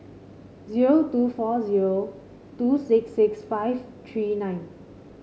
zero two four zero two six six five three nine